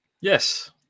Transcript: Yes